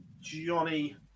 Johnny